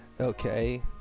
Okay